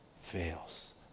fails